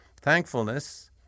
Thankfulness